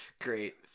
Great